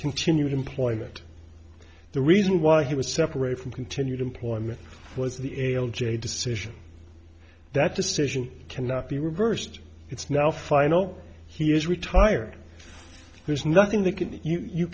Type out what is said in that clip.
continued employment the reason why he was separate from continued employment was the ale j decision that decision cannot be reversed it's now final he is retired there's nothing they can do you